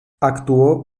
actuó